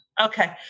okay